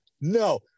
no